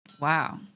Wow